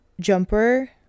jumper